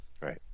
Right